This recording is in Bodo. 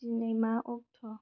दिनै मा अक्त'